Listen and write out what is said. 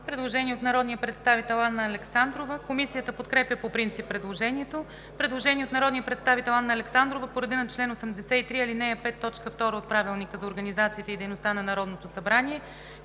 Предложение от народния представител Анна Александрова. Комисията подкрепя по принцип предложението. Предложение от народния представител Анна Александрова по реда на чл. 83, ал. 5, т. 2 от Правилника за организацията и дейността на Народното събрание.